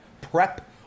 prep